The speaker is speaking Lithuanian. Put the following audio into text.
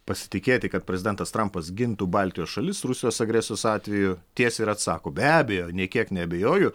pasitikėti kad prezidentas trampas gintų baltijos šalis rusijos agresijos atveju tiesiai ir atsako be abejo nė kiek neabejoju